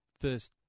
first